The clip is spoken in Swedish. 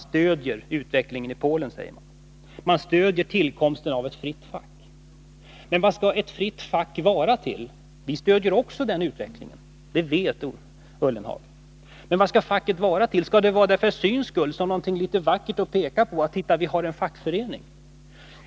Jörgen Ullenhag säger sig stödja utvecklingen i Polen och tillkomsten av ett fritt fack där. Vi stöder också den utvecklingen, och det vet Jörgen Ullenhag. Men vad skall ett fritt fack vara till? Skall det finnas för syns skull, som något vackert att peka på? Titta, vi har en fackförening!